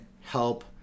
help